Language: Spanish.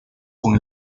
con